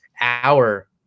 hour